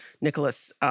Nicholas